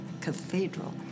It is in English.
cathedral